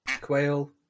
quail